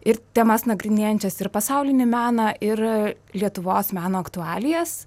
ir temas nagrinėjančias ir pasaulinį meną ir lietuvos meno aktualijas